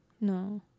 No